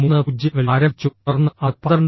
30 ൽ ആരംഭിച്ചു തുടർന്ന് അത് 12